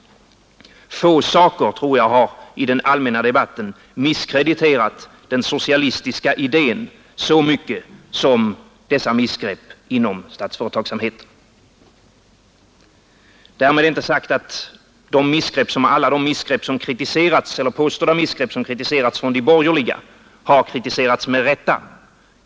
Få saker har, tror jag, i den allmänna debatten misskrediterat den socialistiska idéen så mycket som dessa missgrepp inom statsföretagsamheten. Därmed är inte sagt att alla de påstådda missgrepp som kritiserats från de borgerliga har kritiserats med rätta.